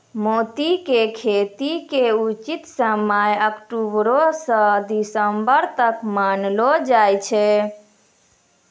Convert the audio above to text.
मोती के खेती के उचित समय अक्टुबरो स दिसम्बर तक मानलो जाय छै